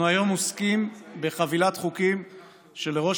אנחנו היום עוסקים בחבילת חוקים שלראש